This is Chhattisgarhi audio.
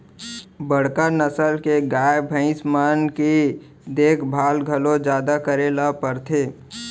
बड़का नसल के गाय, भईंस मन के देखभाल घलौ जादा करे ल परथे